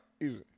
easy